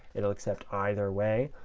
it will accept either way.